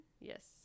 yes